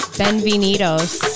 benvenidos